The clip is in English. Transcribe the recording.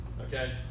okay